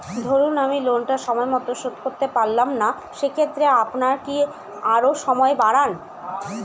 ধরুন আমি লোনটা সময় মত শোধ করতে পারলাম না সেক্ষেত্রে আপনার কি আরো সময় বাড়ান?